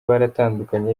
baratandukanye